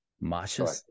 Masha